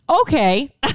Okay